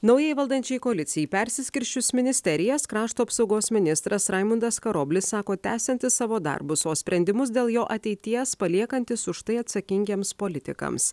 naujai valdančiai koalicijai persiskirsčius ministerijas krašto apsaugos ministras raimundas karoblis sako tęsiantis savo darbus o sprendimus dėl jo ateities paliekantis už tai atsakingiems politikams